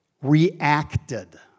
reacted